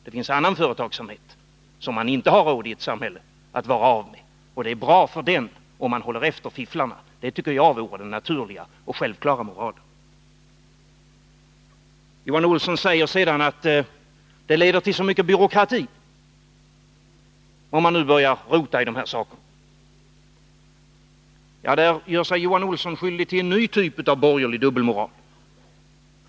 Det finns annan företagsamhet som samhället inte har råd att vara av med, och det är bra för den om man håller efter fifflarna. Det vore den naturliga och självklara moralen. Johan Olsson säger vidare att det blir så mycket av byråkrati om man börjar rota i de här sakerna. Ja, där gör sig Johan Olsson skyldig till en ny typ av borgerlig dubbelmoral.